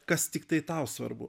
kas tiktai tau svarbu